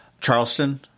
Charleston